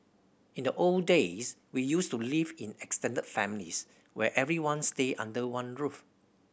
in the old days we used to live in extended families where everyone stayed under one roof